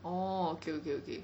oh okay okay okay